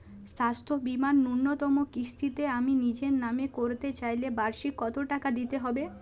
স্বাস্থ্য বীমার ন্যুনতম কিস্তিতে আমি নিজের নামে করতে চাইলে বার্ষিক কত টাকা দিতে হবে?